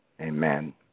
Amen